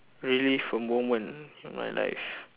relive a moment of my life